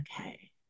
Okay